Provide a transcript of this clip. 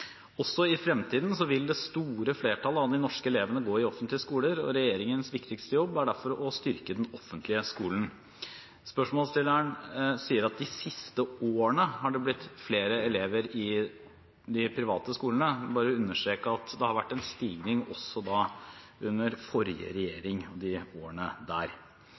Også i fremtiden vil det store flertallet av de norske elevene gå i offentlige skoler, og regjeringens viktigste jobb er derfor å styrke den offentlige skolen. Spørsmålsstilleren sier at det i de siste årene har blitt flere elever i de private skolene. Jeg vil bare understreke at det har vært en stigning også under forrige regjering i de årene der.